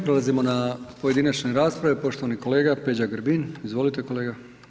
Prelazimo na pojedinačne rasprave, poštovani kolega Peđa Grbin, izvolite kolega.